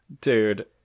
Dude